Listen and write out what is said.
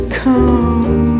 come